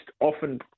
often